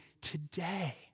today